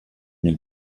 nel